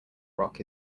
rock